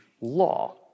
law